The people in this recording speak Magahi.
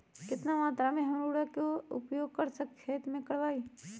कितना मात्रा में हम उर्वरक के उपयोग हमर खेत में करबई?